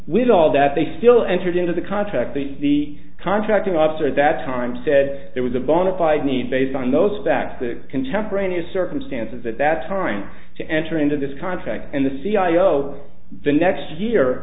with all that they still entered into the contract the the contracting officer at that time said there was a bonafide need based on those facts the contemporaneous circumstances at that time to enter into this contract and the cia over the next year